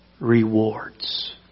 rewards